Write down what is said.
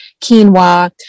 quinoa